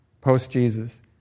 post-Jesus